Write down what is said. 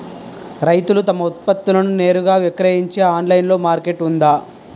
రైతులు తమ ఉత్పత్తులను నేరుగా విక్రయించే ఆన్లైన్ మార్కెట్ ఉందా?